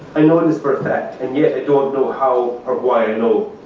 i know this for a fact, and yet, i don't know how or why i know.